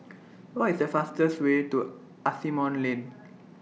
What IS The fastest Way to Asimont Lane